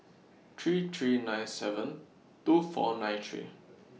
three three nine seven two four nine three